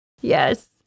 Yes